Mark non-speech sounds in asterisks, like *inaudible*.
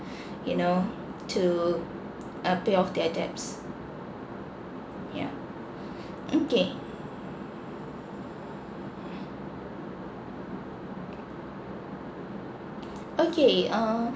*breath* you know to uh pay off their debts yeah okay okay err